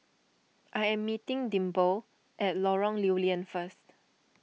I am meeting Dimple at Lorong Lew Lian first